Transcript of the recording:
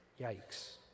Yikes